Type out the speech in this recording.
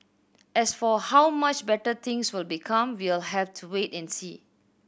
as for how much better things will become we'll have to wait and see